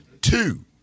Two